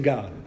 God